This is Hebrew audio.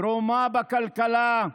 תרומה לכלכלה,